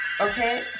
okay